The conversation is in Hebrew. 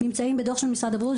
הם נמצאים בדוח של משרד הבריאות,